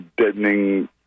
deadening